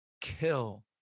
kill